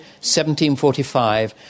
1745